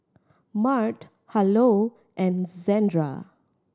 Mart Harlow and Zandra